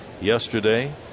yesterday